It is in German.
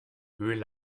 höhle